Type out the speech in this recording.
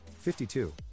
52